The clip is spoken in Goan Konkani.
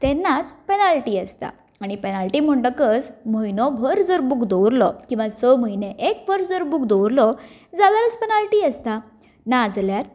तेन्नाच पेनाल्टी आसता आनी पेनाल्टी म्हणटकच म्हयनोभर जर बुक दवरलो किंवा स म्हयने एक वर्स जर बुक दवरलो जाल्यारूच पेनाल्टी आसता नाजाल्यार